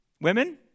Women